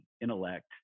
intellect